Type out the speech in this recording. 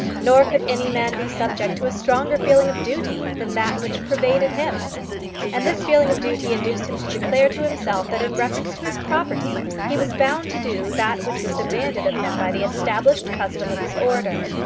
nor could any man be subject to a stronger feeling of duty than that which pervaded him and this feeling of duty induced him to declare to himself that in reference to his property he was bound to do that which was demanded of him by the established custom of his order.